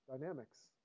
dynamics